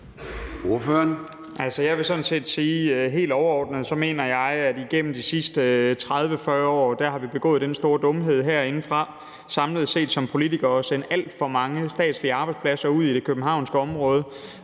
Jeg vil sige, at helt overordnet mener jeg sådan set, at vi igennem de sidste 30-40 år har begået den store dumhed herindefra samlet set som politikere at sende alt for mange statslige arbejdspladser ud i det københavnske område